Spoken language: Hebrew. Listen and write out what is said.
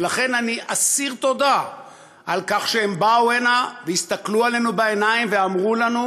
ולכן אני אסיר תודה על כך שהם באו הנה והסתכלו לנו בעיניים ואמרו לנו: